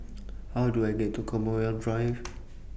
How Do I get to Commonwealth Drive